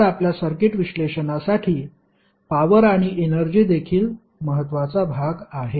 तर आपल्या सर्किट विश्लेषणासाठी पॉवर आणि एनर्जी देखील महत्त्वाचा भाग आहे